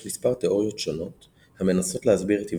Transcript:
אך יש מספר תאוריות שונות המנסות להסביר את היווצרותה,